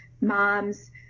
moms